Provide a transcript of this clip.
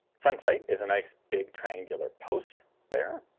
front sight is a nice big triangular post there.